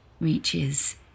reaches